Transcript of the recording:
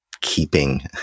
keeping